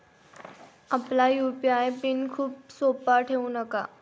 आपला UPI PIN खूप सोपा ठेवू नका